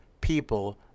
people